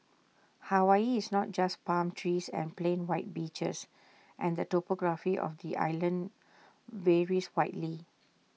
Hawaii is not just palm trees and plain white beaches and the topography of the islands varies widely